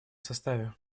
составе